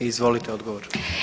Izvolite odgovor.